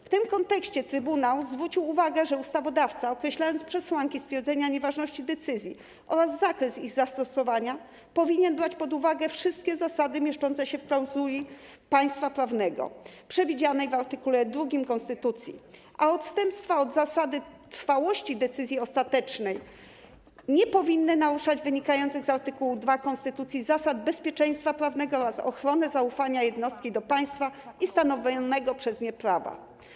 W tym kontekście Trybunał zwrócił uwagę, że ustawodawca określając przesłanki stwierdzenia nieważności decyzji oraz zakres ich zastosowania, powinien brać pod uwagę wszystkie zasady mieszczące się w klauzuli państwa prawnego przewidzianej w art. 2 konstytucji, a odstępstwa od zasady trwałości decyzji ostatecznej nie powinny naruszać wynikających z art. 2 konstytucji zasad bezpieczeństwa prawnego oraz ochrony zaufania jednostki do państwa i stanowionego przez nie prawa.